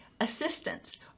assistance